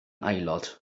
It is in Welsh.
aelod